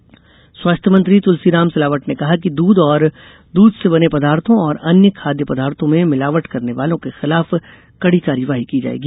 मिलावट कार्यवाही स्वास्थ्य मंत्री तुलसी राम सिलावट ने कहा है कि दूध और दूध से बने पदार्थों और अन्य खाद्य पदार्थों में मिलावट करने वालों के खिलाफ कड़ी कार्यवाही की जाएगी